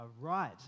right